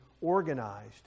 organized